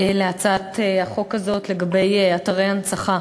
להצעת החוק הזאת, לגבי אתרי הנצחה.